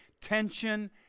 tension